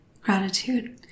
gratitude